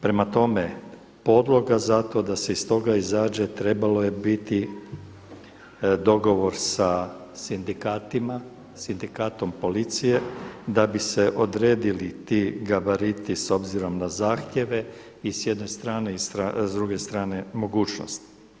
Prema tome podloga za to da se iz toga izađe trebalo je biti dogovor sa sindikatima, sindikatom policije da bi se odredili ti gabariti s obzirom na zahtjeve i s jedne strane i s druge strane mogućnost.